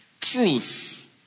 Truth